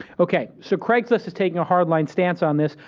o k, so craigslist is taking a hard-line stance on this.